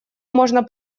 можно